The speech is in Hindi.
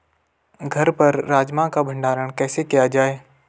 घर पर राजमा का भण्डारण कैसे किया जाय?